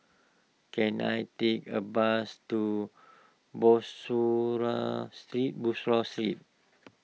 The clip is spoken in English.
can I take a bus to Bussorah Street Bussorah Street